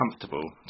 comfortable